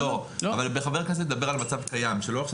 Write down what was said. חבר הכנסת מדבר על מצב קיים שלא עכשיו